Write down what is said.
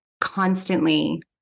constantly